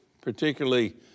particularly